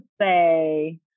say